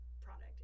product